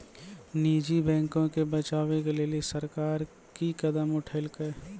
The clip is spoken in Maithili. निजी बैंको के बचाबै के लेली सरकार कि कदम उठैलकै?